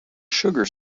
sugar